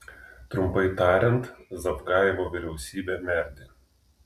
trumpai tariant zavgajevo vyriausybė merdi